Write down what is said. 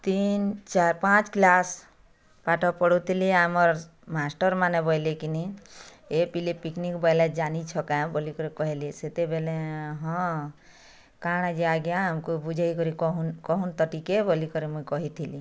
ତିନ୍ ଚାର୍ ପାଞ୍ଚ୍ କ୍ଳାସ୍ ପାଠ ପଢ଼ୁଥିଲି ଆମର୍ ମାଷ୍ଟର୍ମାନେ ବୋଇଲେ କି ନି ଏ ପିଲେ ପିକନିକ୍ ବଇଲେ ଜାନିଛ କାଁ ବୋଇଲିକରି କହିଲେ ସେତେବେଲେ ହଁ କାଣା ଯେ ଆଜ୍ଞା ଆମକୁ ବୁଝେଇକରି କହୁନ୍ କହୁନ୍ ତ ଟିକେ ବୋଲିକରି ମୁଇଁ କହିଥିଲି